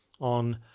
on